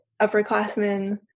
upperclassmen